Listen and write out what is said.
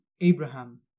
Abraham